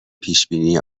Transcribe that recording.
پیشبینی